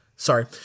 sorry